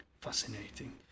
Fascinating